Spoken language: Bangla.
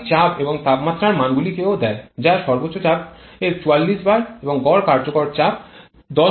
সর্বাধিক চাপ এবং তাপমাত্রার মানগুলিও দেয় বা সর্বোচ্চ চাপ ৪৪ বার এবং গড় কার্যকর চাপ ১০২